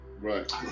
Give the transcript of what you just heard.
Right